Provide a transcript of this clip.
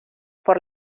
por